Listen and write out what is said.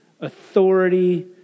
authority